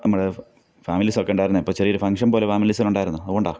നമ്മൾ ഫാമിലീസൊക്കെ ഉണ്ടാരുന്നു ഇപ്പം ചെറിയൊരു ഫംഗ്ഷൻപോലെ ഫാമിലീസിനുണ്ടായിരുന്നു അതുകൊണ്ടാണ്